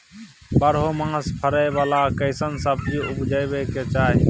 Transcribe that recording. बारहो मास फरै बाला कैसन सब्जी उपजैब के चाही?